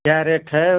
क्या रेट है